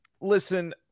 Listen